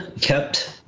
kept